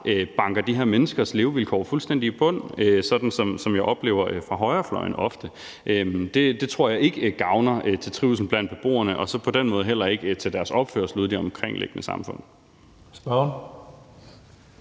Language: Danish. banker de her menneskers levevilkår fuldstændig i bund, sådan som jeg ofte også oplever det foreslået fra højrefløjen. Det tror jeg ikke gavner trivslen blandt beboerne og på den måde heller ikke deres opførsel ude i det omkringliggende samfund. Kl.